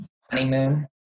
honeymoon